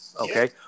Okay